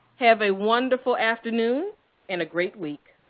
have a wonderful afternoon and a great week.